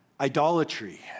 Idolatry